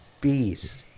beast